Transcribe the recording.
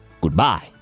goodbye